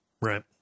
Right